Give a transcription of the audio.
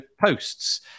posts